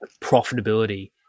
profitability